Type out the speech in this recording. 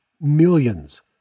millions